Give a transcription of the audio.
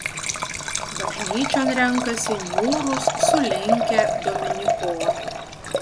bažnyčion renkasi niūrūs sulinkę dominikonai